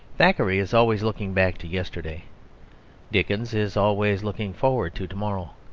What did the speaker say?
thackeray is always looking back to yesterday dickens is always looking forward to to-morrow.